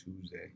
Tuesday